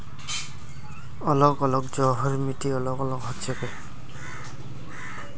अलग अलग जगहर मिट्टी अलग अलग हछेक